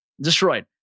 destroyed